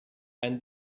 ein